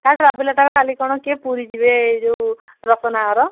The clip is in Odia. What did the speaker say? ତା ଟ୍ରାଭେଲଟାରେ କାଲି କଣ ପୁରୀ ଯିବେ ଏଇ ଯେଉଁ ରତନା ଘର